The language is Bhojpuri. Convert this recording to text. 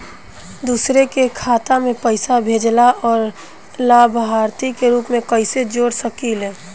दूसरे के खाता में पइसा भेजेला और लभार्थी के रूप में कइसे जोड़ सकिले?